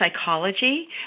Psychology